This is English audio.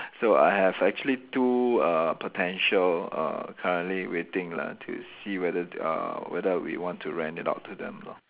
so I have actually two err potential uh currently waiting lah to see whether uh whether we want to rent it out to them lor